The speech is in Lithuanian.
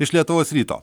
iš lietuvos ryto